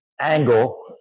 angle